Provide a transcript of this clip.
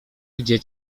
gdzie